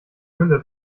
gülle